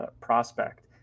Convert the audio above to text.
prospect